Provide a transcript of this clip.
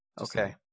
Okay